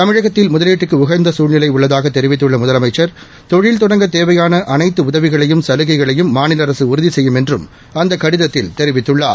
தமிழகத்தில் முதலீட்டுக்கு உகந்த சசூழ்நிலை உள்ளதாக தெரிவித்துள்ள முதலமைச்சர் தொழில் தொடங்கத் தேவையான அனைத்து உதவிகளையும் சலுகைகளையும் மாநில அரசு உறுதி செய்யும் என்றும் அந்தக் கடிதத்தில் தெரிவித்துள்ளார்